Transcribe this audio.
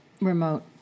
remote